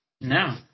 No